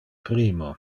primo